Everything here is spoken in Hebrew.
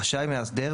רשאי מאסדר,